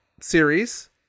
series